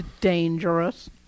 dangerous